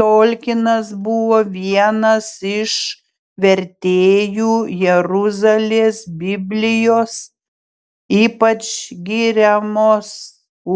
tolkinas buvo vienas iš vertėjų jeruzalės biblijos ypač giriamos